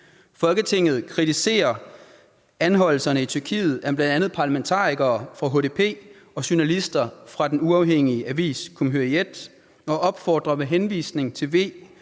»Folketinget kritiserer anholdelserne i Tyrkiet af bl.a. parlamentarikere fra HDP og journalister fra den uafhængige avis Cumhuriyet og opfordrer med henvisning til V